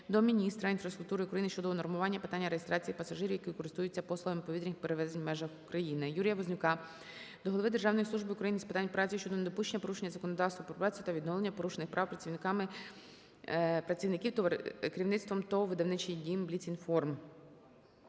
до міністра інфраструктури України щодо унормування питання реєстрації пасажирів, які користуються послугами повітряних перевезень в межах України. Юрія Вознюка до голови Державної служби України з питань праці щодо недопущення порушення законодавства про працю та відновлення порушених прав працівників керівництвом ТОВ "Видавничий Дім "Бліц-Інформ".